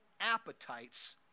appetites